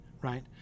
right